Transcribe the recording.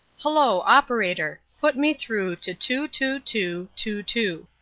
hullo, operator! put me through to two, two, two, two, two.